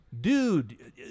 Dude